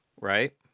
Right